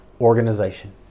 Organization